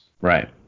right